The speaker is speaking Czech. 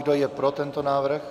Kdo je pro tento návrh?